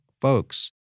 folks